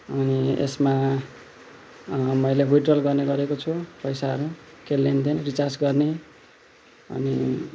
अनि यसमा मैले विड्रल गर्ने गरेको छु पैसाहरू के लेनदेन रिचार्ज गर्ने अनि